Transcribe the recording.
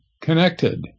connected